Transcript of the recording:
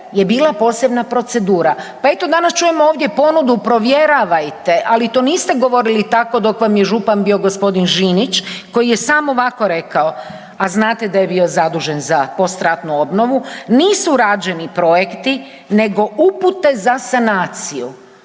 je bila posebna procedura. Pa eto danas čujemo ovdje ponudu provjeravajte, ali to niste govorili tako dok vam je župan bio gospodin Žinić koji je samo ovako rekao a znate da je bio zadužen za postratnu obnovu, nisu rađeni projekti nego upute za sanaciju.